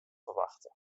ferwachte